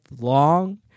long